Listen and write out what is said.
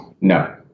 No